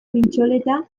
mitxoleta